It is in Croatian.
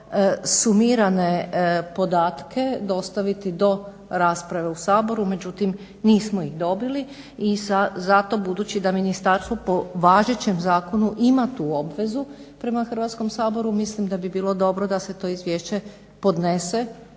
sumirane podatke dostaviti do rasprave u Saboru, međutim nismo ih dobili i zato budući da Ministarstvo po važećem zakonu ima tu obvezu prema Hrvatskom saboru mislim da bi bilo dobro da se to izvješće podnese